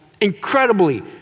Incredibly